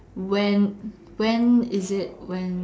when when is it when